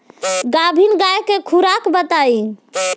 गाभिन गाय के खुराक बताई?